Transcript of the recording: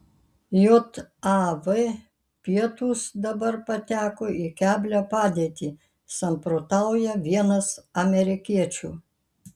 jav pietūs dabar pateko į keblią padėtį samprotauja vienas amerikiečių